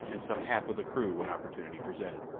and some half of the crew when opportunity presented?